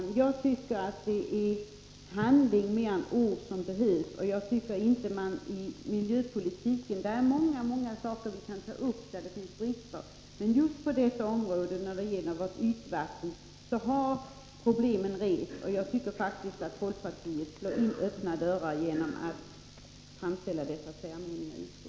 Herr talman! Jag vill upprepa för Ernestam att jag tycker att det snarare är handling än ord som behövs. Det finns många brister i miljöpolitiken som vi kan ta upp, men just när det gäller ytvattenfrågorna har problemen uppmärksammats. Jag tycker faktiskt att folkpartiet slagit in öppna dörrar genom de särmeningar som de givit uttryck för i utskottet.